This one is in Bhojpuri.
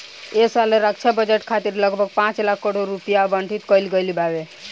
ऐ साल रक्षा बजट खातिर लगभग पाँच लाख करोड़ रुपिया आवंटित कईल गईल बावे